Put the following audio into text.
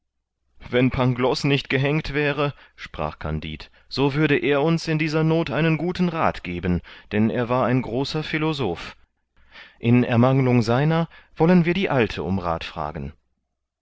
wenn pangloß nicht gehängt wäre sprach kandid so würde er uns in dieser noth einen guten rath geben denn er war ein großer philosoph in ermangelung seiner wollen wir die alte um rath fragen